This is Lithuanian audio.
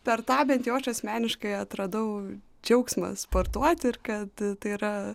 per tą bent jau aš asmeniškai atradau džiaugsmą sportuoti ir kad tai yra